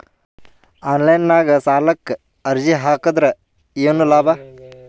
Online ನಾಗ್ ಸಾಲಕ್ ಅರ್ಜಿ ಹಾಕದ್ರ ಏನು ಲಾಭ?